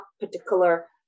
particular